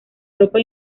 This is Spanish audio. ropa